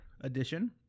edition